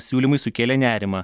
siūlymai sukėlė nerimą